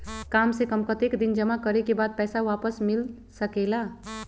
काम से कम कतेक दिन जमा करें के बाद पैसा वापस मिल सकेला?